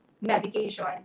medication